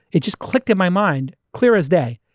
it just clicked in my mind, clear as day.